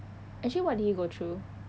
actually what did he go through